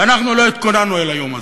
ואנחנו לא התכוננו ליום הזה.